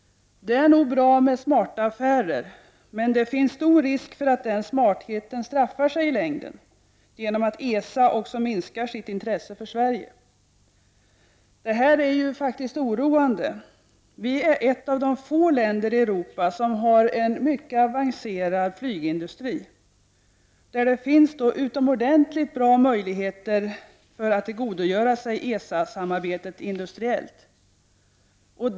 Det är nog bra med smarta affärer, men det finns stor risk för att den smartheten straffar sig i längden, genom att ESA också minskar sitt intresse för Sverige. Det här är faktiskt oroande. Vi är ett av det fåtal länder i Europa som har en mycket avancerad flygindustri. Flygindustrin har utomordentligt goda förutsättningar att tillgodogöra sig ESA-samarbetet.